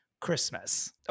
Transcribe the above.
Christmas